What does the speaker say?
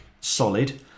solid